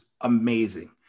amazing